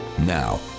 Now